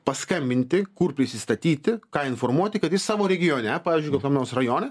paskambinti kur prisistatyti ką informuoti kad jis savo regione pavyzdžiui kokiam nors rajone